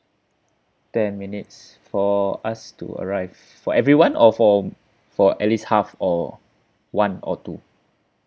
ten minutes for us to arrive for everyone or for for at least half or one or two